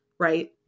right